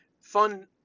fun